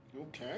Okay